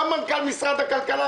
גם מנכ"ל משרד הכלכלה,